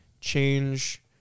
change